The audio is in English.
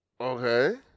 Okay